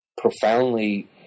profoundly